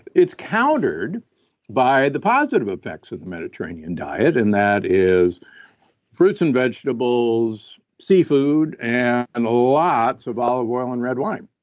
it's countered by the positive effects of the mediterranean diet and that is fruits and vegetables, seafood and and lots of olive oil and red wine.